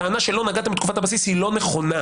הטענה שלפיה לא נגעתם בתקופת הבסיס היא לא נכונה.